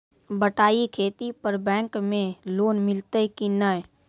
बटाई खेती पर बैंक मे लोन मिलतै कि नैय?